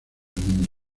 mundo